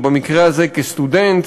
או במקרה הזה כסטודנט,